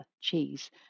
cheese